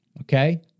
okay